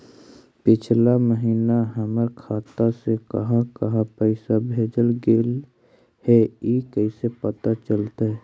पिछला महिना हमर खाता से काहां काहां पैसा भेजल गेले हे इ कैसे पता चलतै?